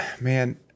man